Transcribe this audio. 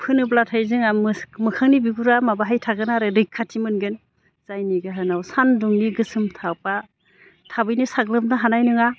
फोनोब्लाथाय जोङा मोखांनि बिगुरा माबाहाय थागोन आरो रैखाथि मोनगोन जायनि जाहोनाव सान्दुंनि गोसोम थाबआ थाबैनो साग्लोबनो हानाय नङा